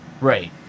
Right